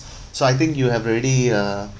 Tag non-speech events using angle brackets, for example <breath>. <breath> so I think you have already uh